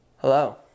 Hello